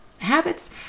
Habits